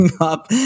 up